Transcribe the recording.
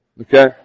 Okay